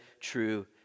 true